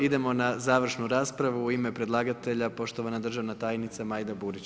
Idemo na završnu raspravu u ime predlagatelja, poštovana državna tajnica Majda Burić.